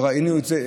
לא ראינו את זה.